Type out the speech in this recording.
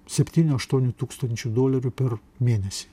septynių aštuonių tūkstančių dolerių per mėnesį